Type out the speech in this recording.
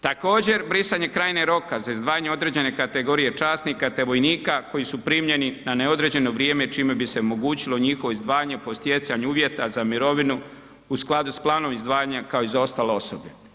Također brisanje krajnjeg roka za izdvajanje određene kategorije časnika te vojnika koji su primljeni na neodređeno vrijeme čime bi se omogućilo njihovo izdvajanje po stjecanju uvjeta za mirovinu u skladu sa planom izdvajanja kao i za ostale osoblje.